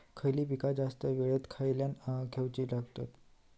खयली पीका जास्त वेळ खोल्येत ठेवूचे नसतत?